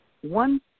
one